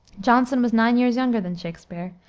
jonson was nine years younger than shakspere.